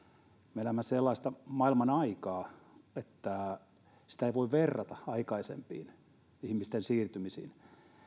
me elämme sellaista maailmanaikaa että sitä ei voi verrata aikaisempiin ihmisten siirtymisiin